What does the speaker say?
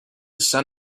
sun